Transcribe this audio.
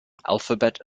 alphabet